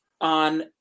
on